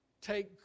take